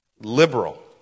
Liberal